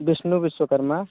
Vishnu Vishwakarma